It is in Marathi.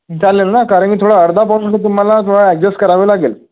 चालेल ना कारण कि अर्धा पाऊण तास तुम्हाला अडजस् करावे लागेल